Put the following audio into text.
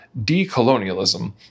decolonialism